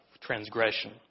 transgression